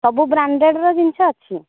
ସବୁ ବ୍ରାଣ୍ଡେଡ଼ର ଜିନିଷ ଅଛି